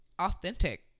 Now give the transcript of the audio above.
authentic